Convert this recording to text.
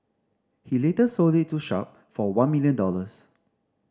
he later sold it to Sharp for one million dollars